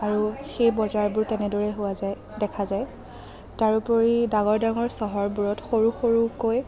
আৰু সেই বজাৰবোৰ তেনেদৰেই হোৱা যায় দেখা যায় তাৰোপৰি ডাঙৰ ডাঙৰ চহৰবোৰত সৰু সৰুকৈ